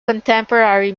contemporary